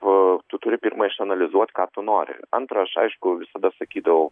o tu turi pirma išanalizuot ką tu nori antra aš aišku visada sakydavau